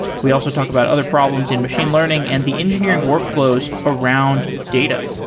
we also talk about other problems in machine learning and the engineering workflows around data.